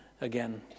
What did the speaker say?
again